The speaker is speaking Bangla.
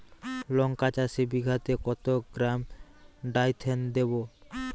লঙ্কা চাষে বিঘাতে কত গ্রাম ডাইথেন দেবো?